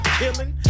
killing